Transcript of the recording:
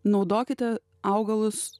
naudokite augalus